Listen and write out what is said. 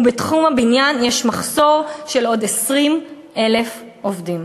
ובתחום הבניין יש מחסור של עוד 20,000 עובדים.